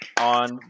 on